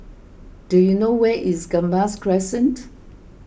do you know where is Gambas Crescent